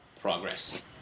Progress